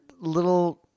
little